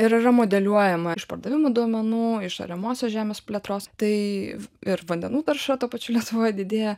ir yra modeliuojama iš pardavimų duomenų iš ariamosios žemės plėtros tai ir vandenų tarša tuo pačiu lietuvoj didėja